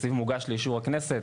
התקציב מוגש לאישור הכנסת,